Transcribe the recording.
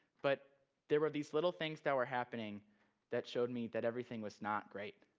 but there were these little things that were happening that showed me that everything was not great.